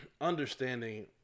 understanding